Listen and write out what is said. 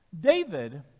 David